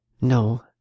No